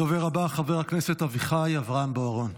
הדובר הבא, חבר הכנסת אביחי אברהם בוארון.